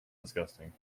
disgusting